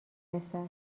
رسد